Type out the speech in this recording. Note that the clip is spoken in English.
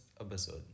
episode